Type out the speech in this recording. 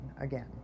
again